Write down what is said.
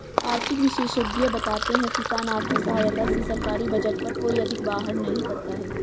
आर्थिक विशेषज्ञ बताते हैं किसान आर्थिक सहायता से सरकारी बजट पर कोई अधिक बाहर नहीं पड़ता है